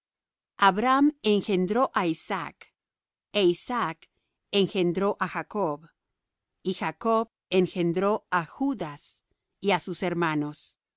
abraham engendró á isaac é isaac engendró á jacob y jacob engendró á judas y á sus hermanos